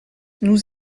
nous